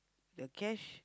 the cash